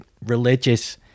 religious